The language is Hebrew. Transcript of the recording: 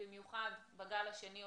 במיוחד בגל השני,